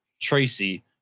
Tracy